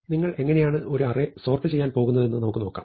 നിങ്ങൾ എങ്ങനെയാണ് ഒരു അറേ സോർട് ചെയ്യാൻ പോകുന്നതെന്ന് നമുക്ക് നോക്കാം